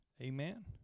amen